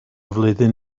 flwyddyn